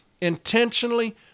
intentionally